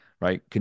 right